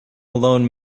alone